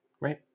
Right